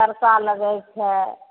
तड़का लगै छै